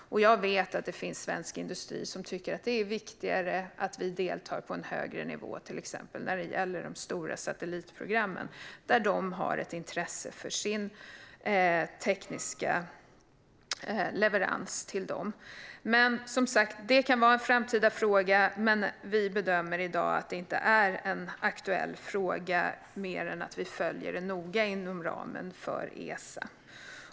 Jag vet att det finns svensk industri som tycker att det är viktigare att vi deltar på en högre nivå till exempel när det gäller de stora satellitprogrammen, där de har ett intresse för sin tekniska leverans till dem. Detta kan som sagt vara en framtida fråga, men vi bedömer i dag att det inte är en aktuell fråga mer än att vi följer den noga inom ramen för Esa.